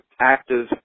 active